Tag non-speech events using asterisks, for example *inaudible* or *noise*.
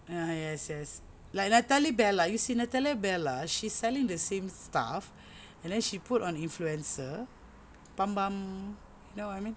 ah yes yes like Natalie Bella you see Natalie Bella she's selling the same stuff and then she put on influencer *noise* you know what I mean